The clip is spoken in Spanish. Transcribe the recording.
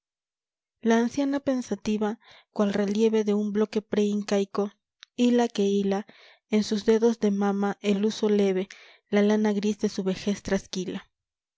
la anciana pensativa cual relieve de un bloqne pre incaico hila que hila en sus dedos de mama el huso leve la lana gris de su vejez trasquila